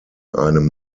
einem